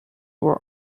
were